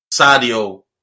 Sadio